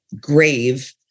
grave